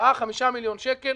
5-4 מיליון שקלים.